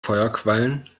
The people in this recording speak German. feuerquallen